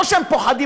לא שהם פוחדים,